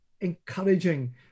encouraging